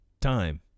time